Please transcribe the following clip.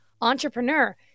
entrepreneur